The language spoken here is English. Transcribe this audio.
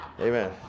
Amen